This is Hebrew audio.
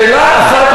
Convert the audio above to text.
שאלה אחת,